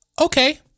okay